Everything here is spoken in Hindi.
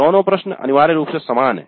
दोनों प्रश्न अनिवार्य रूप से समान हैं